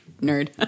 nerd